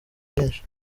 byinshi